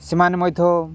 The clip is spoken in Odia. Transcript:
ସେମାନେ ମଧ୍ୟ